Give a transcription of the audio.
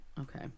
Okay